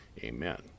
amen